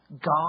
God